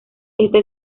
esta